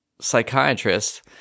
psychiatrist